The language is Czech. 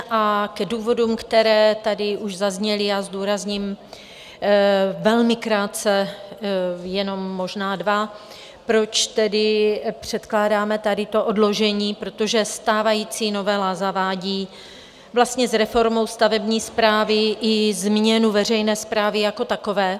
K důvodům, které tady už zazněly, zdůrazním velmi krátce jenom možná dva, proč tedy předkládáme to odložení, protože stávající novela zavádí vlastně s reformou stavební správy i změnu veřejné správy jako takové.